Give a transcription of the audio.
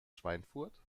schweinfurt